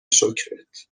شکرت